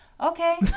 Okay